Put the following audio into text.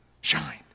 Shine